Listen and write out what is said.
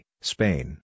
Spain